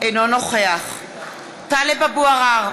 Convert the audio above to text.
אינו נוכח טלב אבו עראר,